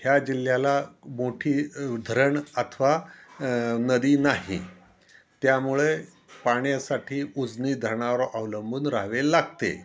ह्या जिल्ह्याला मोठी धरण अथवा नदी नाही त्यामुळे पाण्यासाठी उजनी धरणावर अवलंबून राहावे लागते